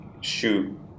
shoot